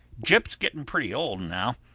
jip's getting pretty old now.